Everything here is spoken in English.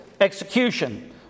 execution